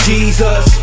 Jesus